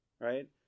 right